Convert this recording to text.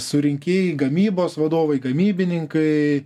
surinkėjai gamybos vadovai gamybininkai